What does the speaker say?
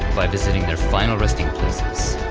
by visiting their final resting places.